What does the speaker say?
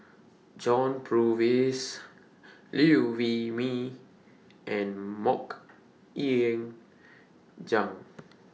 John Purvis Liew Wee Mee and Mok Ying Jang